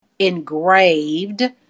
Engraved